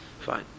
Fine